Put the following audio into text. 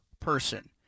person